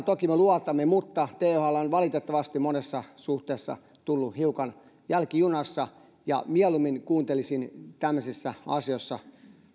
toki me luotamme mutta thl on valitettavasti monessa suhteessa tullut hiukan jälkijunassa ja mieluummin kuuntelisin tämmöisissä asioissa